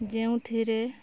ଯେଉଁଥିରେ